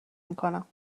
میکنم